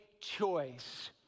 choice